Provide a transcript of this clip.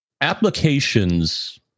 applications